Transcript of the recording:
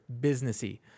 businessy